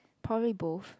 probably both